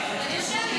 יבוא.